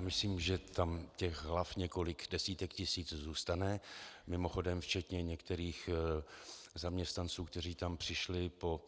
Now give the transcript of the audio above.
Myslím, že těch několik desítek tisíc hlav zůstane, mimochodem včetně některých zaměstnanců, kteří tam přišli po